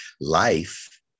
Life